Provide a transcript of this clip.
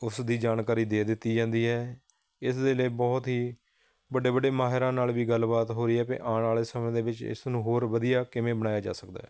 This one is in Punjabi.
ਉਸ ਦੀ ਜਾਣਕਾਰੀ ਦੇ ਦਿੱਤੀ ਜਾਂਦੀ ਹੈ ਇਸ ਦੇ ਲਈ ਬਹੁਤ ਹੀ ਵੱਡੇ ਵੱਡੇ ਮਾਹਿਰਾਂ ਨਾਲ਼ ਵੀ ਗੱਲਬਾਤ ਹੋ ਰਹੀ ਹੈ ਵੀ ਆਉਣ ਵਾਲੇ ਸਮੇਂ ਦੇ ਵਿੱਚ ਇਸ ਨੂੰ ਹੋਰ ਵਧੀਆ ਕਿਵੇਂ ਬਣਾਇਆ ਜਾ ਸਕਦਾ ਹੈ